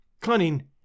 cunning